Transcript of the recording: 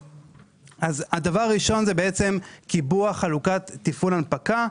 דבר ראשון הוא קיבוע חלוקת תפעול הנפקה.